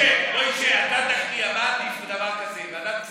משה, אתה תכריע: מה עדיף בדבר כזה, ועדת כספים?